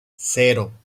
cero